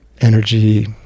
energy